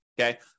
okay